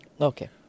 Okay